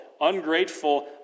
ungrateful